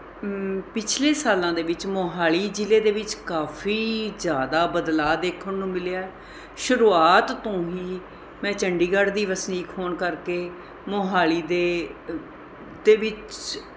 ਪਿਛਲੇ ਸਾਲਾਂ ਦੇ ਵਿੱਚ ਮੋਹਾਲੀ ਜ਼ਿਲ੍ਹੇ ਦੇ ਵਿੱਚ ਕਾਫੀ ਜ਼ਿਆਦਾ ਬਦਲਾਅ ਦੇਖਣ ਨੂੰ ਮਿਲਿਆ ਸ਼ੁਰੂਆਤ ਤੋਂ ਹੀ ਮੈਂ ਚੰਡੀਗੜ੍ਹ ਦੀ ਵਸਨੀਕ ਹੋਣ ਕਰਕੇ ਮੋਹਾਲੀ ਦੇ ਤੇ ਵਿੱਚ